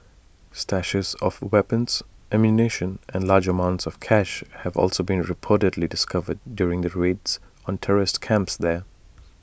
stashes of weapons ammunition and large amounts of cash have also been reportedly discovered during raids on terrorist camps there